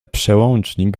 przełącznik